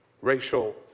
racial